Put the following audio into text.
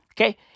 Okay